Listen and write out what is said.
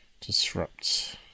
Disrupt